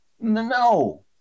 no